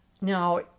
Now